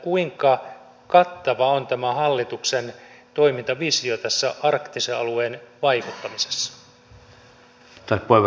kuinka kattava on hallituksen toimintavisio arktisen alueen vaikuttamisessa